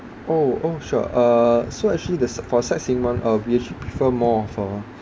oh oh sure uh so actually the for sightseeing one uh we actually prefer more of a